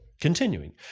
Continuing